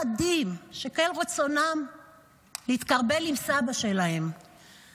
יש לכם את הכוח והחובה לשנות את המציאות ולאחד את פעם סביב מטרה אנושית